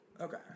Okay